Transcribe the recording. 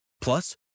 Plus